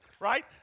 Right